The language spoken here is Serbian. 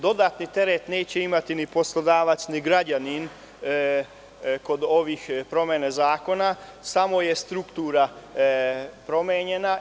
Dodatni teret neće imati ni poslodavac ni građanin kod ovih promena zakona, samo je struktura promenjena.